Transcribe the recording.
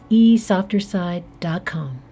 esofterside.com